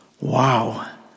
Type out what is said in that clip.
wow